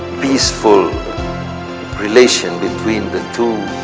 peaceful relation between the two